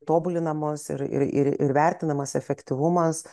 tobulinamos ir ir ir vertinamas efektyvumas